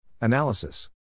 Analysis